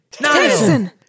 listen